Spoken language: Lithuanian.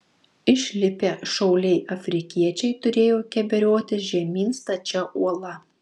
išlipę šauliai afrikiečiai turėjo keberiotis žemyn stačia uola